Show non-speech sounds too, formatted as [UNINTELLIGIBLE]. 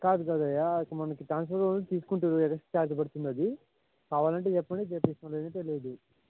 కాదు కాదయ్యా ఇప్పుడు మనకి [UNINTELLIGIBLE] తీసుకుంటే ఎక్సట్రా చార్జెస్ పడుతుంది అది కావాలంటే చెప్పండి తెప్పిస్తాము లేదంటే లేదు